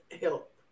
help